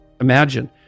imagine